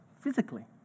physically